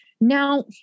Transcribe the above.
Now